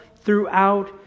throughout